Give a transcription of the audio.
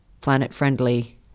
planet-friendly